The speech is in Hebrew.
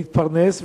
להתפרנס,